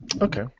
Okay